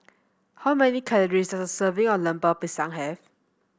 how many calories does a serving of Lemper Pisang have